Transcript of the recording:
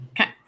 Okay